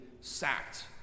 sacked